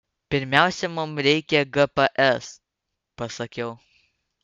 pirmiausia mums reikia gps pasakiau